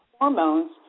hormones